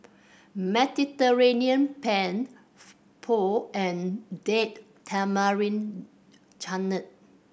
Mediterranean Penne Pho and Date Tamarind Chutney